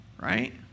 right